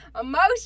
Emotion